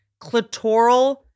Clitoral